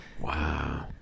Wow